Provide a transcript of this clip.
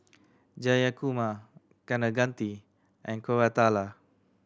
Jayakumar Kaneganti and Koratala